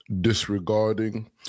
disregarding